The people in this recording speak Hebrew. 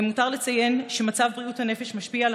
למותר לציין שמצב בריאות הנפש משפיע על